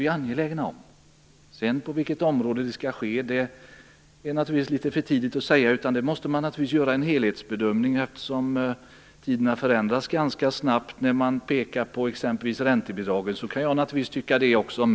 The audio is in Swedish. På vilket område det sedan skall ske är litet för tidigt att säga. Man måste först göra en helhetsbedömning eftersom tiderna förändras ganska snabbt. Man pekar på t.ex. räntebidragen. Jag kan också tycka att det är bra.